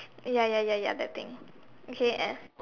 ya ya ya ya that thing okay and